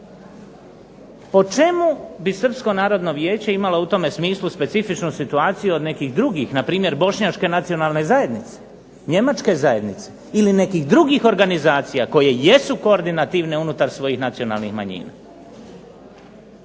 Po čemu bi Srpsko narodno vijeće imalo u tome smislu specifičnu situaciju od nekih drugih, na primjer bošnjačke nacionalne zajednice, njemačke zajednice ili nekih drugih organizacija koje jesu koordinativne unutar svojih nacionalnih manjina.